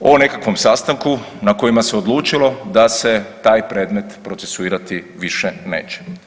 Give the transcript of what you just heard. o nekakvom sastanku na kojemu se odlučilo da se taj predmet procesuirati više neće.